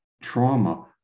trauma